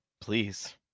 Please